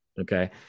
Okay